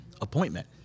appointment